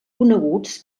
coneguts